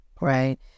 right